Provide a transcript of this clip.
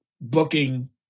booking